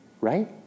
right